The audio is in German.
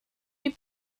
die